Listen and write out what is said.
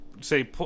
say